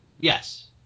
Yes